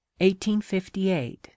1858